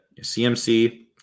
CMC